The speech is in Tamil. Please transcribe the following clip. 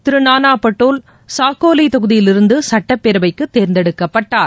திரு நானா பட்டோல் சாக்கோலி தொகுதியிலிருந்துசட்டப்பேரவைக்கு தேர்ந்தெடுக்கப்பட்டார்